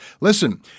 Listen